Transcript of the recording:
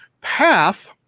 path